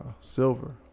silver